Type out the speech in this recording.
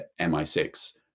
MI6